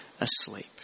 asleep